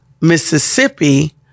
Mississippi